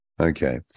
Okay